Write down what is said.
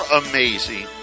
amazing